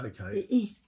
Okay